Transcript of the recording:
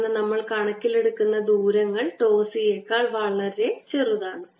കാരണം നമ്മൾ കണക്കിലെടുക്കുന്ന ദൂരങ്ങൾ τ C യെക്കാൾ വളരെ ചെറുതാണ്